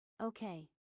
okay